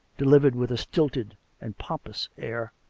delivered with a stilted and pompous air